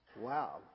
Wow